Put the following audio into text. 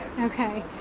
Okay